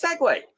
segue